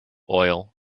oil